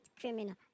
criminal